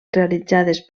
realitzades